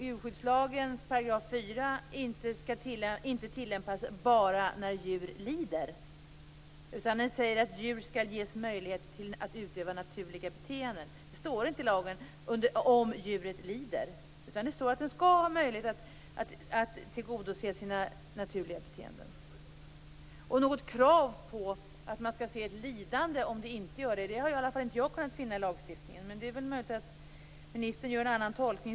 Djurskyddslagen 4 § skall inte bara tillämpas när djur lider. Den säger att djur skall ges möjlighet att utöva naturliga beteenden. Det står inte "om djuret lider" i lagen, utan det står att djuret skall ha möjlighet att tillgodose sina naturliga beteenden. Något krav på lidande har i alla fall jag inte kunnat finna i lagstiftningen. Men det är väl möjligt att ministern gör en annan tolkning.